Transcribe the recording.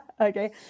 Okay